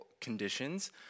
conditions